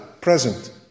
present